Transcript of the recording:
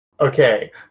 Okay